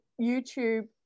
YouTube